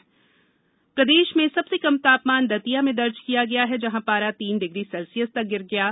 मप्र में सबसे कम तापमान दतिया में दर्ज किया गया है जहां पारा तीन डिग्री सेल्सियस तक गिर गया है